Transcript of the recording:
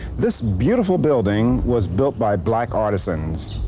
this beautiful building was built by black artisans,